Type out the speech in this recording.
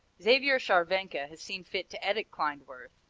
xaver scharwenka has seen fit to edit klindworth,